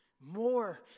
more